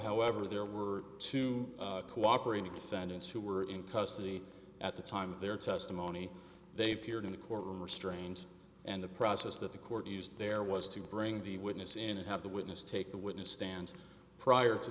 however there were two cooperating defendants who were in custody at the time of their testimony they peered in the courtroom restrained and the process that the court used there was to bring the witness in and have the witness take the witness stand prior to